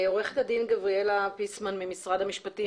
עו"ד גבריאלה פיסמן ממשרד המשפטים,